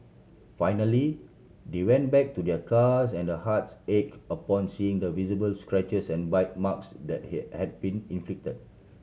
finally they went back to their cars and their hearts ache upon seeing the visible scratches and bite marks that he had been inflicted